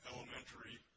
Elementary